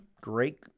Great